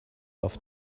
auf